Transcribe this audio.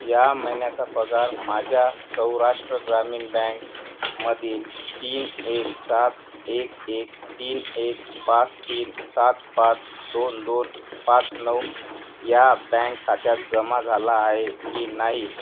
या महिन्याचा पगार माझ्या सौराष्ट्र ग्रामीण बँकमधील तीन एक सात एक एक तीन एक पाच तीन सात पाच दोन दोन पाच नऊ या बँक खात्यात जमा झाला आहे की नाही